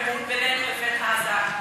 בינינו לבין עזה.